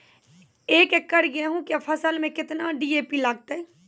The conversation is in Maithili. एक एकरऽ गेहूँ के फसल मे केतना डी.ए.पी लगतै?